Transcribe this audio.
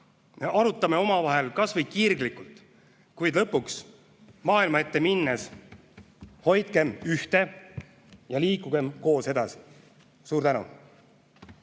Arutame asju omavahel kas või kirglikult, kuid lõpuks, maailma ette minnes hoidkem ühte ja liikugem koos edasi. Suur tänu!